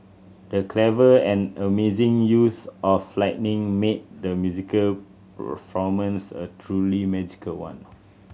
the clever and amazing use of lighting made the musical performance a truly magical one